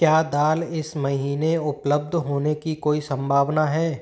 क्या दाल इस महीने उपलब्ध होने की कोई संभावना है